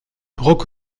rock